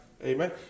Amen